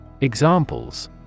Examples